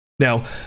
Now